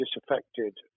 disaffected